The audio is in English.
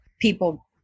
people